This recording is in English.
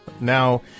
now